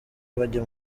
bajya